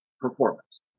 performance